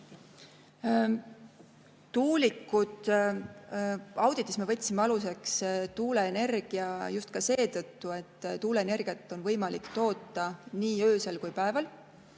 võrreldav. Auditis me võtsime aluseks tuuleenergia just seetõttu, et tuuleenergiat on võimalik toota nii öösel kui ka päeval.